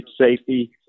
safety